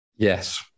Yes